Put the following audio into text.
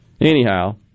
Anyhow